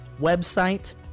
website